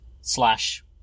slash